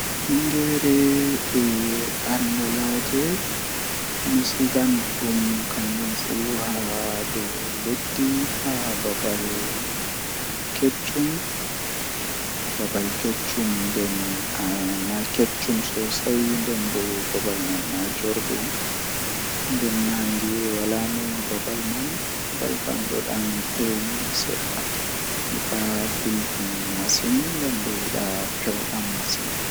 Ahawran kare ma fuu babal gotel anyobba malla atagga dum wurta dum wurta perpetel nden alowadi haa babal buri maunugo ahosa bo kare ma perpetel a loowa haa boorooji woni haa sera perpetel man adasa zip ma a mabba.